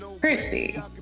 christy